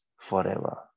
forever